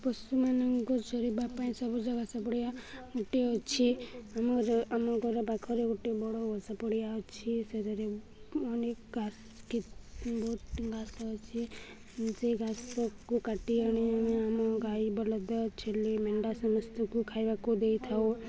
ପଶୁମାନଙ୍କୁ ଚରିବା ପାଇଁ ସବୁଜ ଘାସ ପଡ଼ିଆ ଗୋଟିଏ ଅଛି ଆମର ଆମ ଘର ପାଖରେ ଗୋଟେ ବଡ଼ ଘାସ ପଡ଼ିଆ ଅଛି ସେଥିରେ ଅନେକ ଘାସ କେତ୍ ବହୁତ ଘାସ ଅଛି ସେଇ ଘାସକୁ କାଟି ଆଣି ଆମେ ଆମ ଗାଈ ବଲଦ ଛେଲି ମେଣ୍ଢା ସମସ୍ତଙ୍କୁ ଖାଇବାକୁ ଦେଇଥାଉ